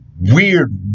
weird